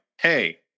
Hey